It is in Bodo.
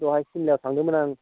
दहाय सिमलायाव थांदोंमोन आं